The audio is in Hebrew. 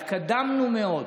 התקדמנו מאוד,